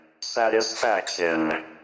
satisfaction